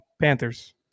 Panthers